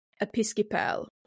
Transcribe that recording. Episcopal